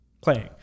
playing